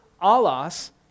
alas